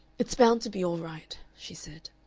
it's bound to be all right, she said.